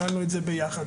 כללנו את זה ביחד.